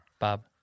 Bob